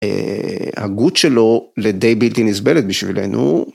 הגות שלו לדי בלתי נסבלת בשבילנו.